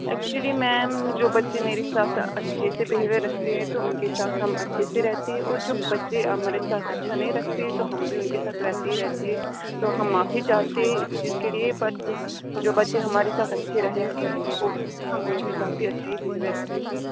actually ma'am جو بچے میری ساتھ اچھے سے بہیویر رکھتے ہیں تو ان کے ساتھ ہم اچھے سے رہتے اور جو بچے ہمارے ساتھ اچھا نہیں رکھتے تو ہم بھی ان کے ساتھ ویسے ہی رہتے تو ہم معافی چاہتے اس چیز کے لیے بٹ جو بچے ہمارے ساتھ اچھے رہیں گے ہم ان کے ساتھ بھی اچھا ہی بہیویر رکھیں گے